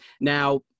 Now